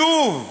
שוב,